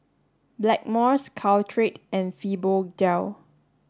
Blackmores Caltrate and Fibogel